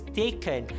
taken